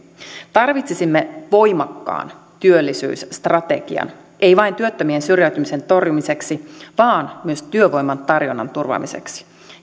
tarvitsisimme voimakkaan työllisyysstrategian ei vain työttömien syrjäytymisen torjumiseksi vaan myös työvoiman tarjonnan turvaamiseksi